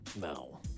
No